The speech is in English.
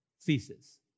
thesis